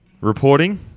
reporting